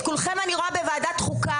את כולכם אני רואה בוועדת חוקה,